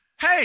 hey